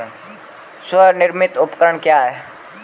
स्वनिर्मित उपकरण क्या है?